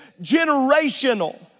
generational